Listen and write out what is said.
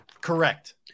Correct